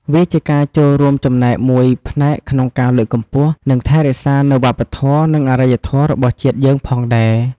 វាជាការចូលរួមចំណែកមួយផ្នែកក្នុងការលើកកម្ពស់ និងថែរក្សានូវវប្បធម៌និងអរិយធម៌របស់ជាតិយើងផងដែរ។